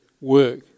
work